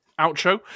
outro